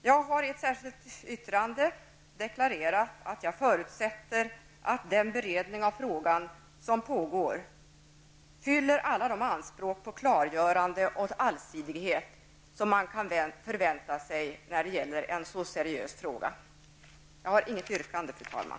Jag har i ett särskilt yttrande deklarerat att jag förutsätter att den beredning av frågan som pågår fyller alla de anspråk på klargörande och allsidighet som man kan förvänta sig när det gäller en så seriös fråga. Jag har inget yrkande, fru talman.